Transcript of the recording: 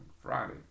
Friday